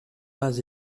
pas